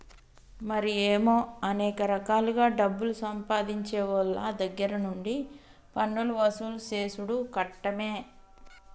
మరి ఏమో అనేక రకాలుగా డబ్బులు సంపాదించేవోళ్ళ దగ్గర నుండి పన్నులు వసూలు సేసుడు కట్టమే